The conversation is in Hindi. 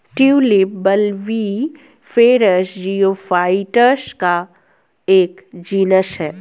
ट्यूलिप बल्बिफेरस जियोफाइट्स का एक जीनस है